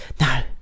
no